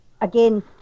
Again